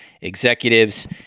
Executives